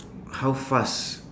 how fast